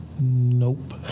Nope